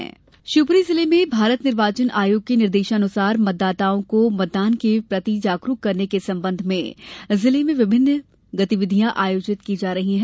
निर्वाचन जागरुकता शिवपुरी जिले में भारत निर्वाचन आयोग के निर्देशानुसार मतदाताओं को मतदान के लिए जागरूक किए जाने के संबंध में जिले में विभिन्न गतिविधियां आयोजित की जा रही है